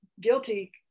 guilty